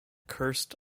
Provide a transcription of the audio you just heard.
cursed